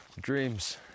dreams